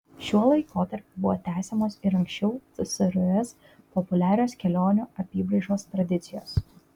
šiuo laikotarpiu buvo tęsiamos ir anksčiau tsrs populiarios kelionių apybraižos tradicijos